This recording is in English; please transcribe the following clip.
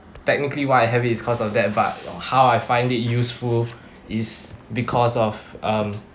technically why I have is cause of that but how I find it useful is because of um